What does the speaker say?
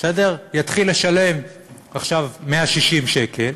יתחיל לשלם עכשיו 160 שקלים,